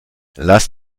lass